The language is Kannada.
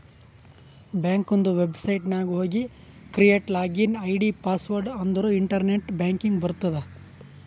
ಬ್ಯಾಂಕದು ವೆಬ್ಸೈಟ್ ನಾಗ್ ಹೋಗಿ ಕ್ರಿಯೇಟ್ ಲಾಗಿನ್ ಐ.ಡಿ, ಪಾಸ್ವರ್ಡ್ ಅಂದುರ್ ಇಂಟರ್ನೆಟ್ ಬ್ಯಾಂಕಿಂಗ್ ಬರ್ತುದ್